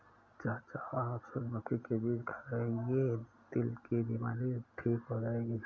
चाचा आप सूरजमुखी के बीज खाइए, दिल की बीमारी ठीक हो जाएगी